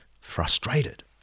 frustrated